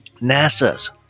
NASA's